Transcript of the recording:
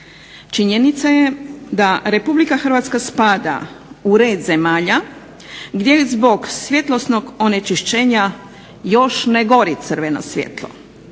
Činjenica je da republika Hrvatska spada u red zemalja gdje zbog svjetlosnog onečišćenja još ne gori crveno svjetlo